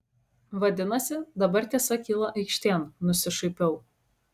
vadinasi dabar tiesa kyla aikštėn nusišaipiau